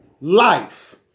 life